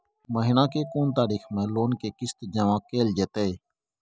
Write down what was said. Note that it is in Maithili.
महीना के कोन तारीख मे लोन के किस्त जमा कैल जेतै?